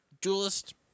duelist